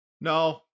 no